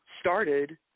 started